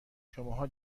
شماها